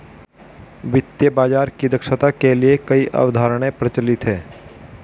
वित्तीय बाजार की दक्षता के लिए कई अवधारणाएं प्रचलित है